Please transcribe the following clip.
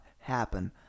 happen